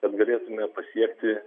kad galėtume pasiekti